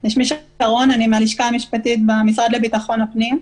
אני מהלשכה המשפטית במשרד לביטחון פנים.